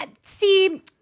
see